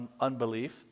unbelief